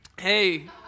Hey